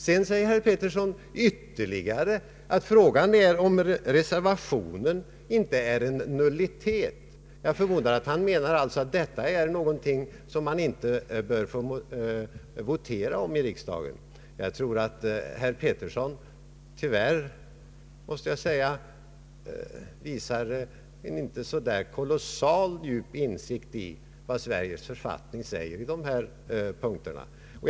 Vidare anser herr Pettersson att det är fråga om inte reservationen är en nullitet. Jag förmodar att han med detta menar att det rör sig om en fråga som man inte bör få votera om i riksdagen. Jag måste tyvärr säga att herr Pettersson inte visar någon djupare insikt i vad Sveriges författning i dessa punkter stadgar.